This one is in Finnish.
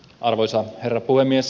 arvoisa herra puhemies